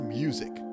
music